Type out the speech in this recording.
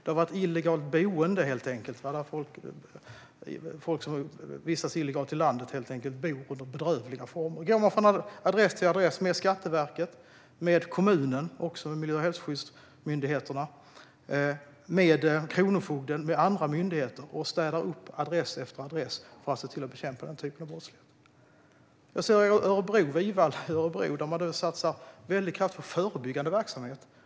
Det har varit illegalt boende där folk som vistas illegalt i landet helt enkelt bor, under bedrövliga former. Där går man med Skatteverket, kommunen, miljö och hälsoskyddsmyndigheterna, Kronofogden och andra myndigheter och städar upp på adress efter adress för att bekämpa den typen av brottslighet. Jag ser hur man i Vivalla i Örebro nu satsar väldig kraft på förebyggande verksamhet.